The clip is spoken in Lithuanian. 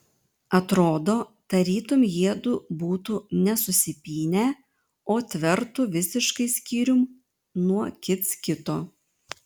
atrodo tarytum jiedu būtų ne susipynę o tvertų visiškai skyrium nuo kits kito